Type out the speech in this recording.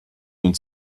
nun